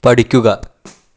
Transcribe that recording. പഠിക്കുക